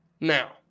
now